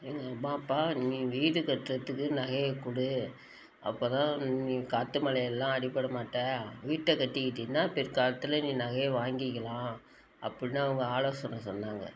எங்கள் அம்மா அப்பா நீ வீடு கட்டுறதுக்கு நகையை கொடு அப்போ தான் நீ காற்று மழைலலாம் அடிப்படமாட்ட வீட்ட கட்டிக்கிட்டின்னா பிற்காலத்தில் நீ நகையை வாங்கிக்கலாம் அப்படின்னு அவங்க ஆலோசனை சொன்னாங்க